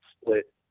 Split